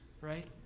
right